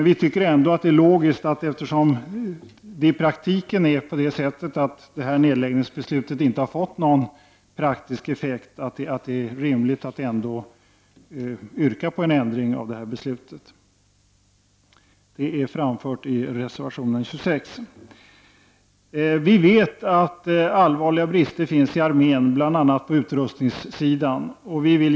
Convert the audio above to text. Vi tycker ändå att det är logiskt att yrka på en ändring av nedläggningsbeslutet, eftersom det inte har fått någon praktisk effekt. Detta framförs i reservation nr 26. Vi vet att allvarliga brister finns i armén, bl.a. på utrustningssidan.